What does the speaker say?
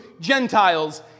Gentiles